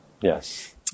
yes